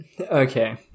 okay